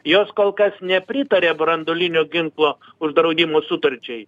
jos kol kas nepritaria branduolinio ginklo uždraudimo sutarčiai